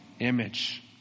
image